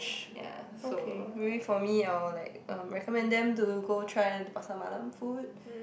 ya so maybe for me I will like um recommend them to go try pasar malam food